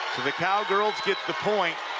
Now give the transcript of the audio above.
the cowgirls get the point.